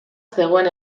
zegoen